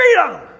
Freedom